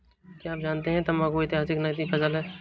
क्या आप जानते है तंबाकू ऐतिहासिक नकदी फसल है